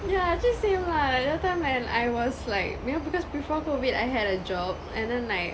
yeah actually same lah the other time when I was like you know because before COVID I had a job and then like